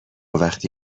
وقتی